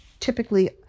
typically